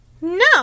No